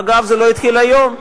אגב, זה לא התחיל היום.